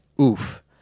oof